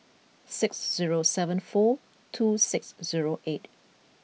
six zero seven four two six zero eight